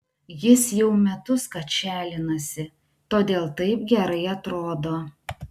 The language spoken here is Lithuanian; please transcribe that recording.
jis jau metus kačialinasi todėl taip gerai atrodo